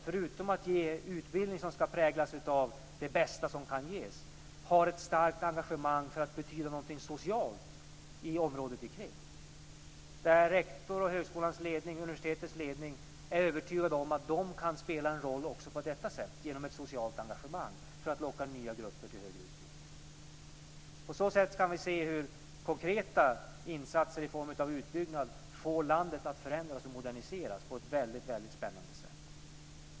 Förutom att ge utbildning som ska präglas av det bästa som kan ges finns det ett starkt engagemang för att man ska betyda någonting socialt i området runtomkring. Rektor och högskolans och universitetets ledning är övertygade om att de kan spela en roll också på detta sätt, dvs. genom ett socialt engagemang, för att locka nya grupper till högre utbildning. På så sätt kan vi se hur konkreta insatser i form av utbyggnad får landet att förändras och moderniseras på ett väldigt spännande sätt.